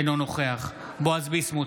אינו נוכח בועז ביסמוט,